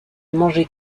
manger